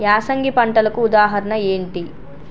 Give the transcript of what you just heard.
యాసంగి పంటలకు ఉదాహరణ ఏంటి?